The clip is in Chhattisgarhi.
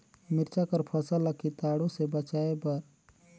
मिरचा कर फसल ला कीटाणु से बचाय कर प्रबंधन कतना होथे ग?